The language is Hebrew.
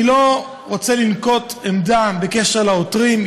אני לא רוצה לנקוט עמדה בקשר לעותרים,